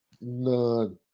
None